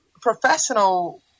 professional